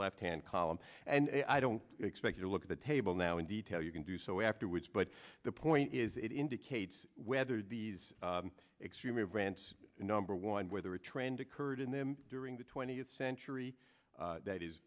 left hand column and i don't expect you to look at the table now in detail you can do so afterwards but the point is it indicate whether these extreme event number one whether a trend occurred in them during the twentieth century that is